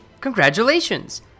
congratulations